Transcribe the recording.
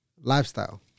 lifestyle